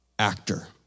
actor